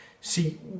See